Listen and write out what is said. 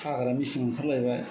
हाग्रा मेचिन ओंखारलायबाय